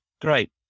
great